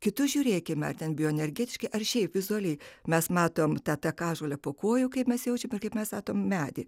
kitus žiūrėkime ar ten bioenergetiškai ar šiaip vizualiai mes matome tą takažolę po kojų kaip mes jaučiame kaip mes sakome medį